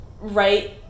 right